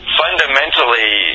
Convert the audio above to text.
fundamentally